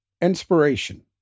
inspiration